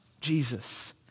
Jesus